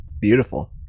beautiful